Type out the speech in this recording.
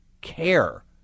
care